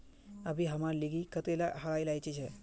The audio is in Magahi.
अभी हमार लिगी कतेला हरा इलायची छे